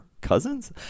cousins